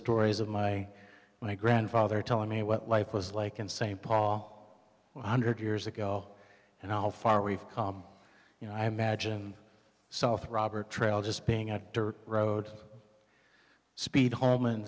stories of my my grandfather telling me what life was like in st paul one hundred years ago and how far we've come you know i imagine south robber trail just paying out dirt road speed home and